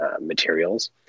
materials